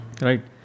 right